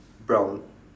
brown